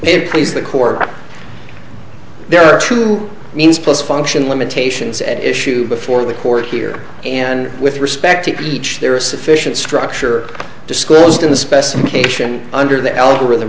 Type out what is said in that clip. it please the court there are two means plus function limitations at issue before the court here and with respect to each there is sufficient structure disclosed in the specification under the